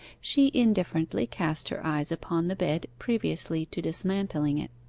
she indifferently cast her eyes upon the bed, previously to dismantling it.